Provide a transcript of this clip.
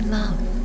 love